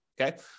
okay